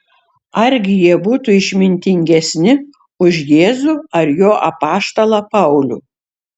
argi jie būtų išmintingesni už jėzų ar jo apaštalą paulių